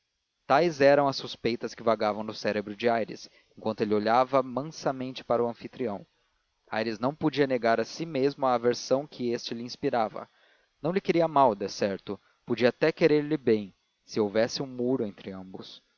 tais eram as suspeitas que vagavam no cérebro de aires enquanto ele olhava mansamente para o anfitrião aires não podia negar a si mesmo a aversão que este lhe inspirava não lhe queria mal decerto podia até querer lhe bem se houvesse um muro entre ambos